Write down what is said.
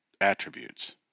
attributes